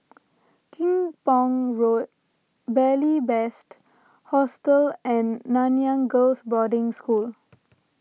Kim Pong Road Beary Best Hostel and Nanyang Girls' Boarding School